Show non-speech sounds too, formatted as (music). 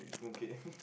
okay (laughs)